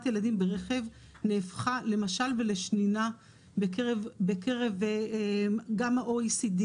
ילדים ברכב נהפכה למשל ולשנינה בקרב גם ה-OECD,